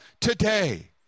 today